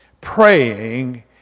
praying